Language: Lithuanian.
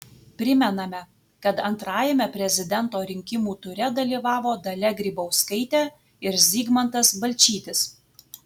primename kad antrajame prezidento rinkimų ture dalyvavo dalia grybauskaitė ir zygmantas balčytis